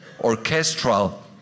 orchestral